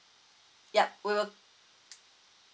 yup we will